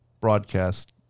broadcast